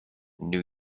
new